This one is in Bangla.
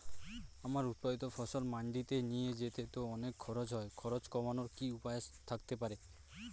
আমার উৎপাদিত ফসল মান্ডিতে নিয়ে যেতে তো অনেক খরচ হয় খরচ কমানোর কি উপায় থাকতে পারে?